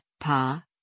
Pa